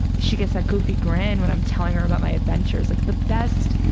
she gets that goofy grin when i'm telling her about my adventures. like the best,